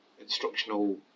instructional